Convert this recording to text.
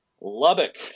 Lubbock